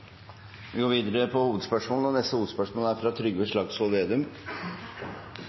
Vi går videre til neste hovedspørsmål.